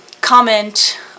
comment